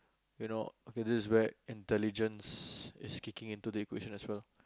you know it is where intelligence is kicking into the equation as well